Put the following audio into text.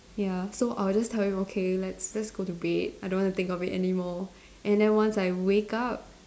ya so I will just tell him okay let's just go to bed I don't want think of it anymore and then once I wake up